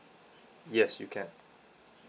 yes you can